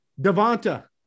Devonta